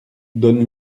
donne